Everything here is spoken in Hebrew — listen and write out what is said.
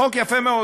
חוק יפה מאוד,